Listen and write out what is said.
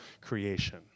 creation